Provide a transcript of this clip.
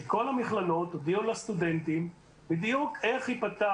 שכל המכללות הודיעו לסטודנטים בדיוק איך זה ייפתח.